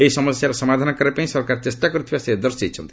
ଏହି ସମସ୍ୟାର ସମାଧାନ କରିବା ପାଇଁ ସରକାର ଚେଷ୍ଟା କରିଥିବା ସେ ଦର୍ଶାଇଛନ୍ତି